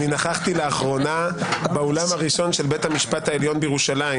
אני נכחתי לאחרונה באולם הראשון של בית המשפט העליון בירושלים,